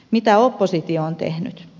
mitä oppositio on tehnyt